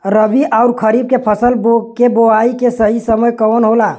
रबी अउर खरीफ के फसल के बोआई के सही समय कवन होला?